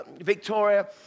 Victoria